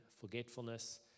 forgetfulness